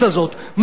מה האופציה?